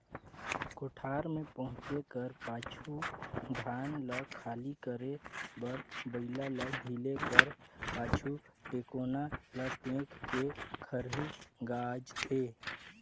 कोठार मे पहुचे कर पाछू धान ल खाली करे बर बइला ल ढिले कर पाछु, टेकोना ल टेक के खरही गाजथे